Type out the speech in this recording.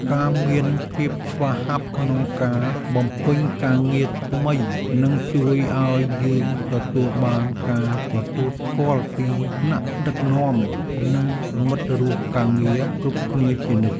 ការមានភាពស្វាហាប់ក្នុងការបំពេញការងារថ្មីនឹងជួយឱ្យយើងទទួលបានការទទួលស្គាល់ពីថ្នាក់ដឹកនាំនិងមិត្តរួមការងារគ្រប់គ្នាជានិច្ច។